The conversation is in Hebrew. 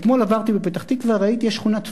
אתמול עברתי בפתח-תקווה, ראיתי שיש שכונת פג'ה,